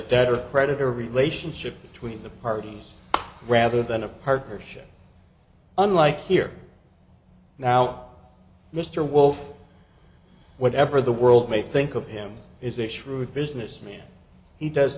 debtor creditor relationship between the parties rather than a partnership unlike here now mr wolf whatever the world may think of him is a shrewd businessman he does